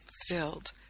filled